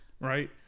Right